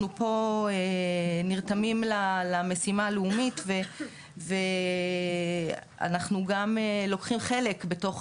פה נרתמים למשימה הלאומית ואנחנו גם לוקחים חלק בתוך